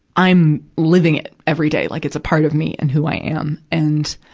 i'm living it every day. like, it's a part of me and who i am. and,